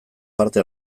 parte